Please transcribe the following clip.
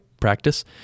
practice